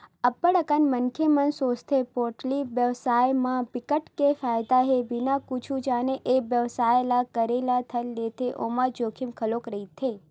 अब्ब्ड़ अकन मनसे मन सोचथे पोल्टी बेवसाय म बिकट के फायदा हे बिना कुछु जाने ए बेवसाय ल करे ल धर लेथे ओमा जोखिम घलोक रहिथे